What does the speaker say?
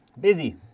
Busy